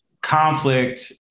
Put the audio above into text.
conflict